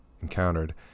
encountered